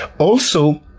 ah also,